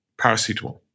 paracetamol